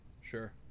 Sure